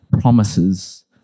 promises